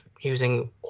using